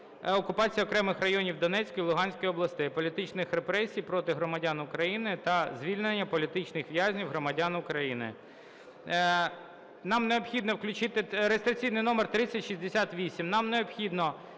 окупації окремих районів Донецької і Луганської областей, політичних репресій проти громадян України та звільнення політичних в'язнів – громадян України. Нам необхідно включити… реєстраційний номер 3068. Нам необхідно